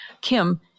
Kim